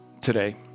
today